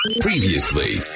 Previously